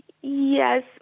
Yes